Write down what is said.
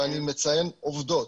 אני מציין עובדות,